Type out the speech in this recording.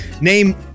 Name